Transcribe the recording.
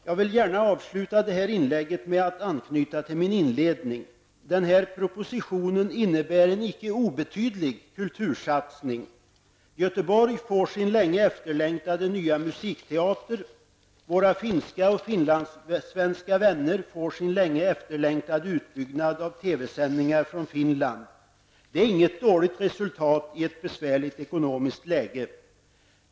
Jag vill gärna avsluta det här inlägget med att anknyta till min inledning. Propositionen innebär en icke obetydlig kultursatsning. Göteborg får sin länge efterlängtade nya musikteater, och våra finska och finlandssvenska vänner får sin länge efterlängtade utbyggnad av TV-sändningarna från Finland. Det är inget dåligt resultat i ett besvärligt ekonomiskt läge.